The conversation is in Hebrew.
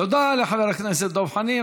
תודה לחבר הכנסת דב חנין.